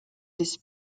this